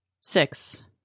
Six